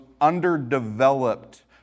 underdeveloped